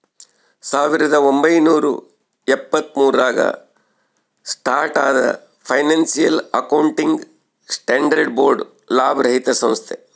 ಸಾವಿರದ ಒಂಬೈನೂರ ಎಪ್ಪತ್ತ್ಮೂರು ರಾಗ ಸ್ಟಾರ್ಟ್ ಆದ ಫೈನಾನ್ಸಿಯಲ್ ಅಕೌಂಟಿಂಗ್ ಸ್ಟ್ಯಾಂಡರ್ಡ್ಸ್ ಬೋರ್ಡ್ ಲಾಭರಹಿತ ಸಂಸ್ಥೆ